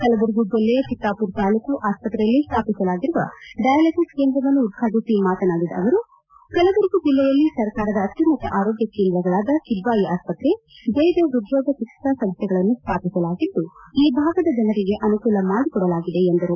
ಕಲಬುರಗಿ ಜಿಲ್ಲೆಯ ಚಿತ್ತಾಮರ ತಾಲ್ಲೂಕು ಆಸ್ತ್ರೆಯಲ್ಲಿ ಸ್ವಾಪಿಸಲಾಗಿರುವ ಡಯಾಲಿಸಿಸ್ ಕೇಂದ್ರವನ್ನು ಉದ್ಘಾಟಿಸಿ ಮಾತನಾಡಿದ ಅವರು ಕಲಬುರಗಿ ಜಿಲ್ಲೆಯಲ್ಲಿ ಸರ್ಕಾರದ ಅತ್ಯುನ್ನತ ಆರೋಗ್ಯ ಕೇಂದ್ರಗಳಾದ ಕಿದ್ವಾಯಿ ಆಸ್ಪತ್ತೆ ಜಯದೇವ ಪ್ಪದ್ರೋಗ ಚಿಕಿತ್ತಾ ಸಂಸ್ಥೆಗಳನ್ನು ಸ್ಥಾಪಿಸಲಾಗಿದ್ಲು ಈ ಭಾಗದ ಜನರಿಗೆ ಅನುಕೂಲ ಮಾಡಿಕೊಡಲಾಗಿದೆ ಎಂದರು